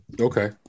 Okay